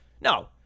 No